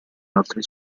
altri